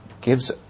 gives